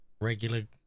regular